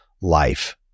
life